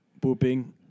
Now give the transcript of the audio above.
Pooping